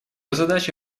задачи